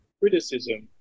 criticism